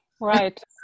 right